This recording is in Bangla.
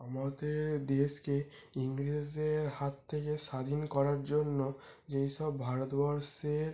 আমাদের দেশকে ইংরেজদের হাত থেকে স্বাধীন করার জন্য যেই সব ভারতবর্ষের